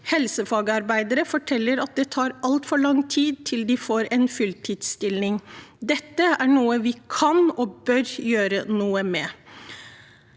Helsefagarbeidere forteller at det tar altfor lang tid før de får en fulltidsstilling. Dette er noe vi kan og bør gjøre noe med.